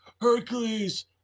Hercules